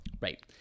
Right